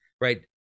right